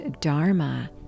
Dharma